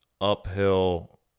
uphill